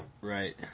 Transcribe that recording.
Right